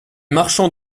marchands